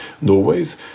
Norway's